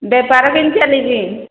ବେପାର କେମିତି ଚାଲିଛି